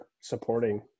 supporting